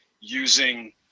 using